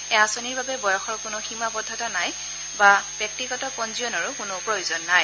এই আঁচনিৰ বাবে বয়সৰ কোনো সীমাবদ্ধতা নাই ব্যক্তিগত পঞ্জীয়নৰ কোনো প্ৰয়োজন নাই